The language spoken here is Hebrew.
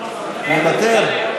מוותר?